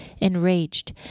Enraged